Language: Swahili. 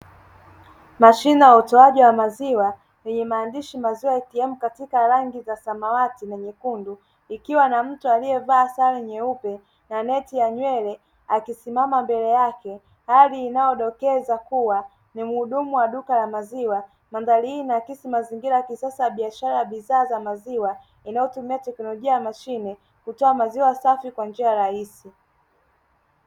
Mashine ya utoaji wa maziwa yenye maandishi mazuri yakiwemo katika rangi za samawati na nyekundu, ikiwa na mtu alievaa sare nyeupe na neti ya nywele akisimama mbele yake. Hali inayodokeza kuwa ni mhudumu wa duka la maziwa. Mandhari hii inaakisi mazingira ya kisasa biashara ya bidhaa za maziwa, inayotumia teknolojia ya mashine kutoa maziwa safi kwa njia rahisi.